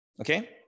okay